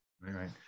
right